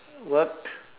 worked